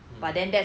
mm